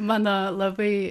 mano labai